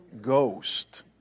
Ghost